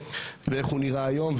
ואיך הוא נראה היום,